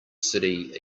city